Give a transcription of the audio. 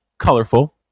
Colorful